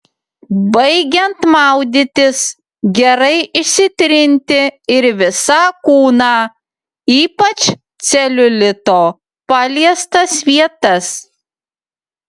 baigiant maudytis gerai išsitrinti ir visą kūną ypač celiulito paliestas vietas